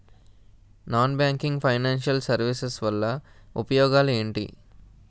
Non banking financial services వల్ల ఉపయోగాలు ఎంటి?